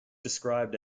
described